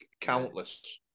countless